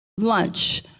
lunch